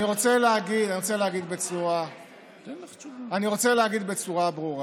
רוצה להגיד בצורה ברורה: